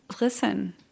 Listen